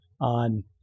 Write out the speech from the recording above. on